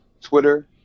Twitter